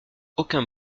aucun